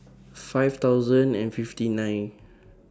five thousand and fifty nine